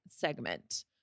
segment